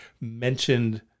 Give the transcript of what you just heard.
mentioned